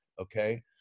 okay